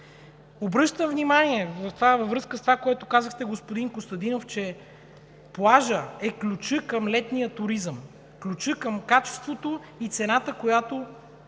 е във връзка с това, което казахте, господин Костадинов, че плажът е ключът към летния туризъм, ключът към качеството и цената, която